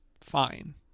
fine